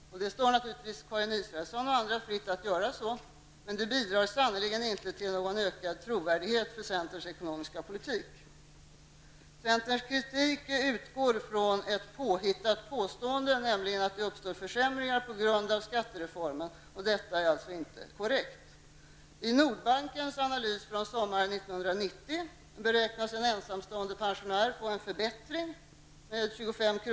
Det står naturligtvis Karin Israelsson och andra fritt att komma med kritik, med det bidrar sannerligen inte till någon ökad trovärdighet för centerns ekonomiska politik. Centerns kritik utgår från ett påhittat påstående, nämligen att skattereformen leder till försämringar. Detta är alltså inte korrekt. beräknades en ensamstående pensionär få en förbättring med 25 kr.